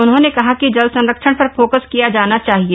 उन्होंने कहा कि जल संरक्षण पर फोकस किया जाना चाहिए